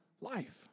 life